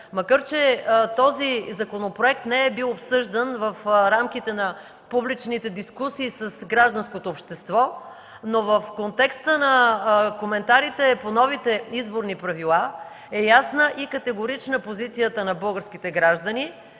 макар че този законопроект не е бил обсъждан в рамките на публичните дискусии с гражданското общество, но в контекста на коментарите по новите изборни правила е ясна и категорична позицията на българските граждани,